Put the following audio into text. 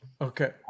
Okay